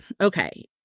okay